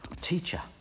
teacher